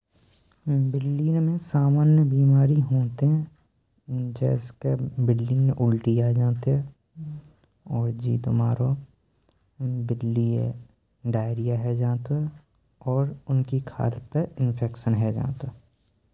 बिल्लियों में सामान्य बीमारी होते, जैसे कि बिल्लियों ने उल्टी आ जाएते। और जी तुम्हारो बिल्लीये दस्त है जाते और उनकी खाल पे इन्फेक्शन है जानतेओ।